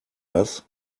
das